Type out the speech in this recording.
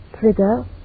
trigger